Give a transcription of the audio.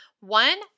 One